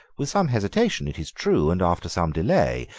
with some hesitation, it is true, and after some delay,